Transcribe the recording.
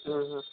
हम्म हम्म